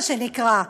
מה שנקרא,